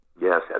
Yes